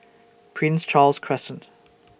Prince Charles Crescent